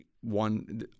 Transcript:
one